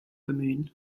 bemühen